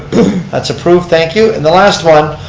that's approved, thank you. and the last one,